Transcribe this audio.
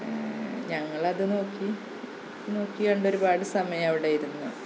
ഞങ്ങളത് നോക്കി നോക്കി കണ്ട് ഒരുപാട് സമയം അവിടെ ഇരുന്നു